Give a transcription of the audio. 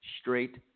straight